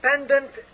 independent